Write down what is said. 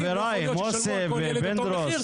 גם את האפשרות הזו בדקנו.